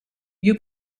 you